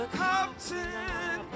captain